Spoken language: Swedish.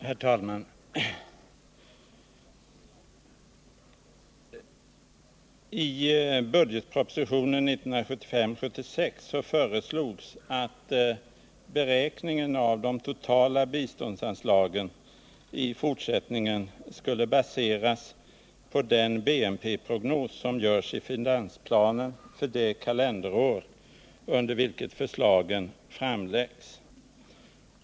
Herr talman! I budgetpropositionen 1975/76 föreslogs att beräkningen av de totala biståndsanslagen i fortsättningen skulle baseras på den BNP prognos som görs i finansplanen för det kalenderår under vilket förslagen framläggs.